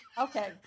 Okay